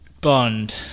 Bond